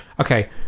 Okay